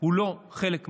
הוא לא חלק מהעניין.